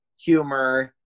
humor